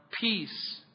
peace